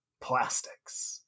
Plastics